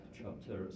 Chapter